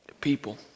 People